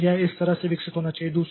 तो यह इस तरह से विकसित होना चाहिए